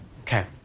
Okay